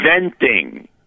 venting